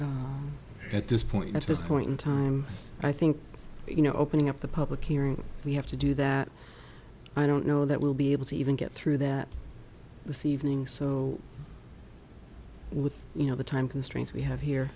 time at this point at this point in time i think you know opening up the public hearing we have to do that i don't know that we'll be able to even get through that the c evening so with you know the time constraints we have here